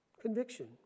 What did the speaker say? Conviction